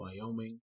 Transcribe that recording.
Wyoming